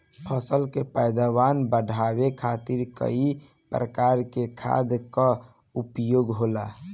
फसल के पैदावार बढ़ावे खातिर कई प्रकार के खाद कअ उपयोग होला